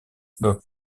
les